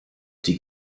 die